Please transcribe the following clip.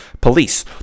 police